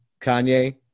Kanye